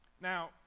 Now